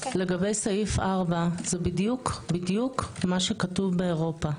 לגבי סעיף 4, זה בדיוק מה שכתוב באירופה.